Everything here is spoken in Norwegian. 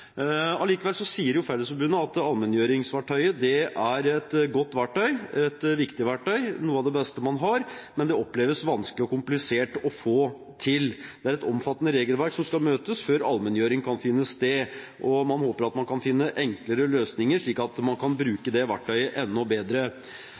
Fellesforbundet at allmenngjøringsverktøyet er et godt verktøy, et viktig verktøy, noe av det beste man har, men det oppleves vanskelig og komplisert å få til. Det er et omfattende regelverk som skal møtes før allmenngjøring kan finne sted, og man håper at man kan finne enklere løsninger, slik at man kan